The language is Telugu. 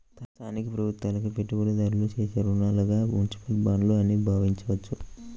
స్థానిక ప్రభుత్వాలకు పెట్టుబడిదారులు చేసే రుణాలుగా మునిసిపల్ బాండ్లు అని భావించవచ్చు